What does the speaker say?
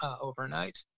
overnight